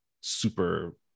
super